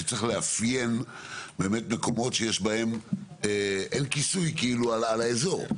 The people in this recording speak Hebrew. כי צריך לאפיין מקומות שאין בהם כיסוי על האזור.